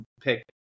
pick